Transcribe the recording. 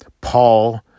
Paul